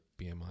BMI